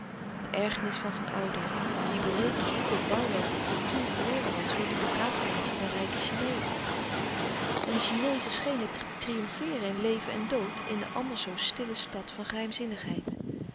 de ergernis van van oudijck die berekende hoeveel bouw wel voor kultuur verloren was door die begraafplaatsen der rijke chineezen en de chineezen schenen te triomfeeren in leven en dood in de anders zoo stille stad van geheimlouis